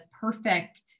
perfect